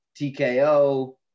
tko